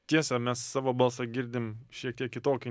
tiesa mes savo balsą girdim šiek tiek kitokį